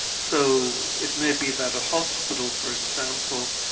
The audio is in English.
so it may be that a hospital, for example,